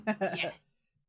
Yes